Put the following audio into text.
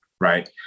Right